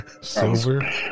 Silver